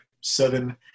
seven